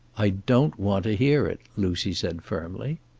i don't want to hear it, lucy said firmly.